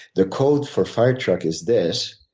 the code for fire truck is this.